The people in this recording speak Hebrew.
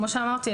כמו שאמרתי,